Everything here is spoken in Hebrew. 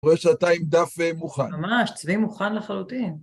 רואה שאתה עם דף מוכן. ממש, צבי מוכן לחלוטין.